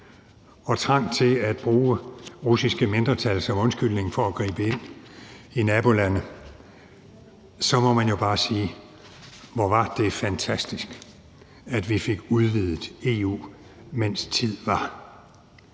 og trang til at bruge russiske mindretal som undskyldning for at gribe ind i nabolande, så må man jo bare sige: Hvor var det fantastisk, at vi fik udvidet EU, mens tid var.